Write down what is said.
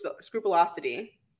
scrupulosity